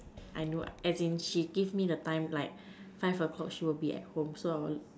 I know as in she give me the time like five o-clock she will be at home so I'll